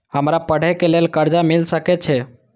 हमरा पढ़े के लेल कर्जा मिल सके छे?